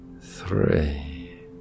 three